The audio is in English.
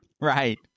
Right